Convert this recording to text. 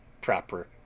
PROPER